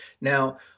Now